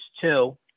two